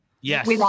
Yes